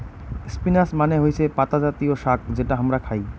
spinach মানে হৈসে পাতা জাতীয় শাক যেটা হামরা খাই